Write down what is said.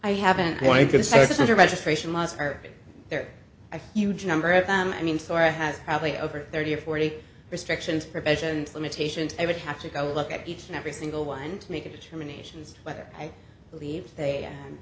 are there a huge number of them i mean so i have probably over thirty or forty restrictions professions limitations i would have to go look at each and every single one to make a determination whether i believe they